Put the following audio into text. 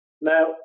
now